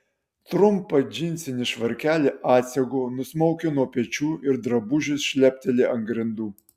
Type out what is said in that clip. trumpą džinsinį švarkelį atsegu nusmaukiu nuo pečių ir drabužis šlepteli ant grindų